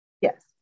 yes